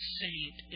saint